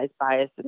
bias